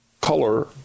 color